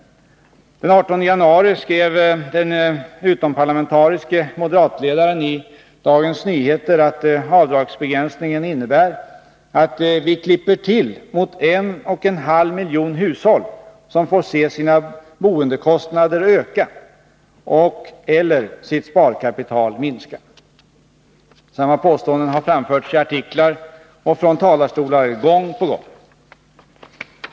Den 18 januari skrev den utomparlamentariske moderatledaren i Dagens Nyheter att avdragsbegränsningen innebär att vi ”klipper till mot en och en halv miljon hushåll, som får se sina boendekostnader öka och/eller sitt sparkapital minska”. Samma påståenden har framförts i artiklar och från talarstolar gång på gång.